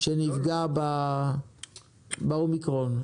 שנפגע באומיקרון?